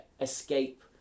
escape